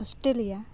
Australia